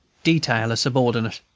detail a subordinate.